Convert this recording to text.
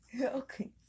Okay